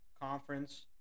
conference